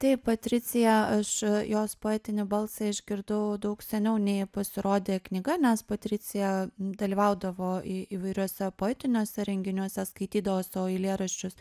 taip patricija aš jos poetinį balsą išgirdau daug seniau nei pasirodė knyga nes patricija dalyvaudavo į įvairiuose poetiniuose renginiuose skaitydavo savo eilėraščius